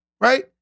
Right